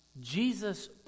Jesus